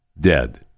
dead